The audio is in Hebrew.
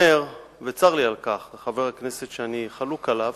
כשאומר, וצר לי על כך, חבר הכנסת שאני חלוק עליו